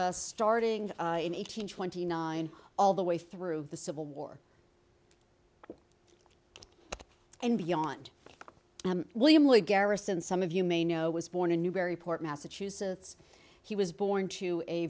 us starting in eighteen twenty nine all the way through the civil war and beyond william lloyd garrison some of you may know was born in newburyport massachusetts he was born to a